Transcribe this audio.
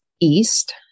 east